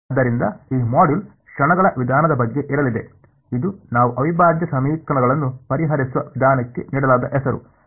ಆದ್ದರಿಂದ ಈ ಮಾಡ್ಯೂಲ್ ಕ್ಷಣಗಳ ವಿಧಾನದ ಬಗ್ಗೆ ಇರಲಿದೆ ಇದು ನಾವು ಅವಿಭಾಜ್ಯ ಸಮೀಕರಣಗಳನ್ನು ಪರಿಹರಿಸುವ ವಿಧಾನಕ್ಕೆ ನೀಡಲಾದ ಹೆಸರು